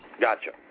Gotcha